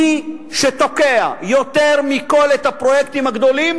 מי שתוקע יותר מכול את הפרויקטים הגדולים